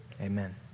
amen